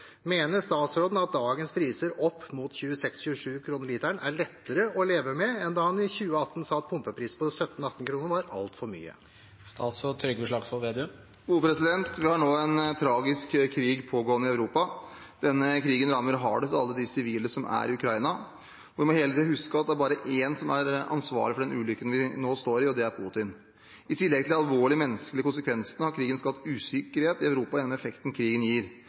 Mener statsråden at dagens priser opp mot 26–27 kr/l er lettere å leve med enn da han i 2018 sa at pumpepriser på 17–18 kroner var altfor mye?» Vi har nå en tragisk krig pågående i Europa. Denne krigen rammer hardest alle de sivile som er i Ukraina. Vi må hele tiden huske at det er bare én som er ansvarlig for den ulykken vi nå står i, og det er Putin. I tillegg til de alvorlige menneskelige konsekvensene har krigen skapt usikkerhet i Europa gjennom effekten krigen gir.